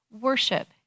worship